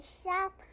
shop